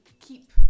keep